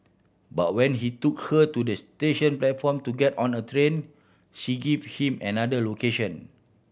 but when he took her to this station platform to get on a train she give him another location